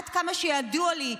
עד כמה שידוע לי,